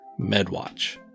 MedWatch